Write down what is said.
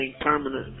permanent